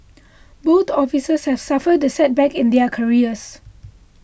both officers have suffered the setback in their careers